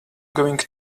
going